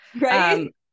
right